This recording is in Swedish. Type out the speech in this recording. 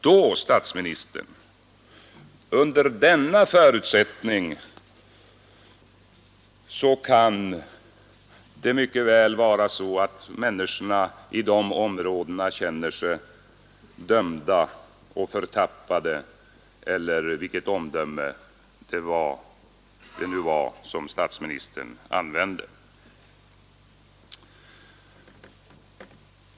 Och, herr statsminister, under denna förutsättning kan det mycket väl vara så att människorna i de områdena känner sig dömda och förtappade — eller vilket omdöme det nu var som statsministern använde.